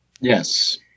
yes